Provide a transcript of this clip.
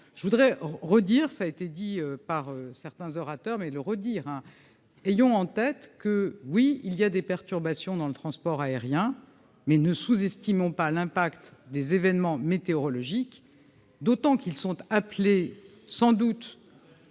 je voudrais redire ça a été dit par certains orateurs mais le redire, ayons en tête que oui, il y a des perturbations dans le transport aérien, mais ne sous-estimons pas l'impact des événements météorologiques, d'autant qu'ils sont appelés sans doute